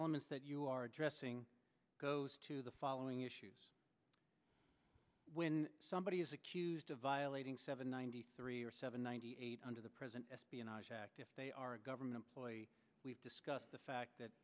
elements that you are addressing goes to the following issues when somebody is accused of violating seven ninety three or seven ninety eight under the present espionage act if they are a government employee we've discussed the fact that